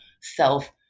self